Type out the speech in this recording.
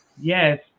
yes